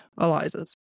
Eliza's